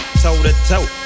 toe-to-toe